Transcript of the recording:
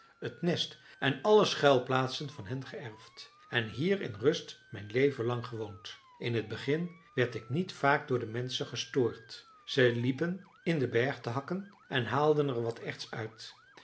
het nest en alle schuilplaatsen van hen geërfd en hier in rust mijn leven lang gewoond in het begin werd ik niet vaak door de menschen gestoord ze liepen in den berg te hakken en haalden er wat erts uit